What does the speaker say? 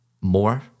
more